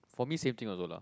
for me same thing also lah